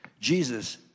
Jesus